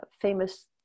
famous